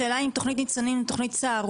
השאלה אם תכנית "ניצנים" היא תכנית צהרונים,